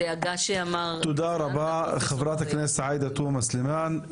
תודה לחברת הכנסת עאידה תומא סלימאן.